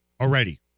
already